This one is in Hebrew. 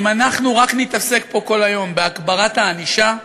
אם אנחנו רק נתעסק פה כל היום בהגברת הענישה,